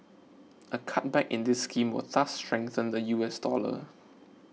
a cutback in this scheme will thus strengthen the U S dollar